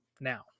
now